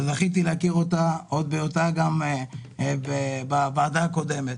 וזכיתי להכיר אותה עוד בהיותה בוועדה הקודמת.